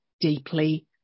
deeply